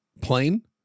Plane